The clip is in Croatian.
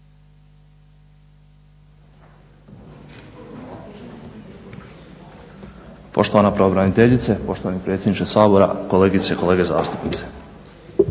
Poštovana pravobraniteljice, poštovani predsjedniče Sabora, kolegice i kolege zastupnici.